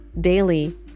daily